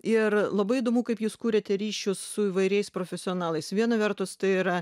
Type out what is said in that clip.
ir labai įdomu kaip jūs kuriate ryšius su įvairiais profesionalais viena vertus tai yra